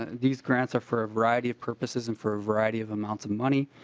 these grants are for a variety of purposes and for variety of amount of money.